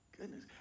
goodness